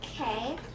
Okay